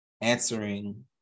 answering